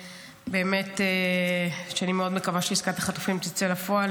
באמת אני מאוד מקווה שעסקת החטופים תצא לפועל.